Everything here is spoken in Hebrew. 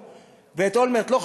ואת אולמרט לא חקרו?